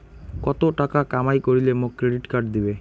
কত টাকা কামাই করিলে মোক ক্রেডিট কার্ড দিবে?